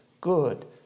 good